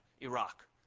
Iraq